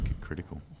critical